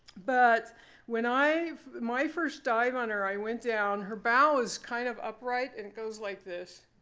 but when i my first dive on her i went down. her bow was kind of upright, and it goes like this,